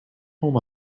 home